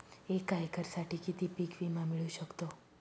एका एकरसाठी किती पीक विमा मिळू शकतो?